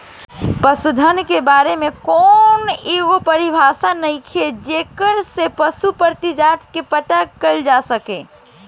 पशुधन के बारे में कौनो एगो परिभाषा नइखे जेकरा से पशु प्रजाति के पता कईल जा सके